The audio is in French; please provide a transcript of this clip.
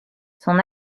son